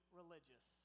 religious